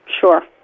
Sure